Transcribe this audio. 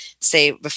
say